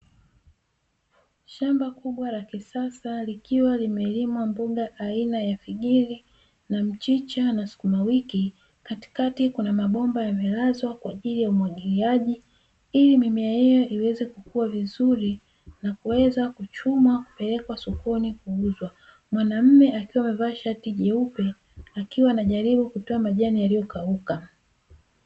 Shamba kubwa la kisasa, likiwa limelimwa mboga za aina ya figili, na mchicha, na sukuma wiki, katikati kuna mabomba yamelazwa, kwa ajili ya umwagiliaji, ili mimea hiyo iweze kukua vizuri na kuweza kuchumwa kupelekwa sokoni kuuzwa, mwanaume akiwa amevaa shati jeupe, akiwa anajaribu kutoa majani yaliyokauka.